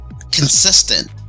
consistent